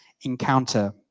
encounter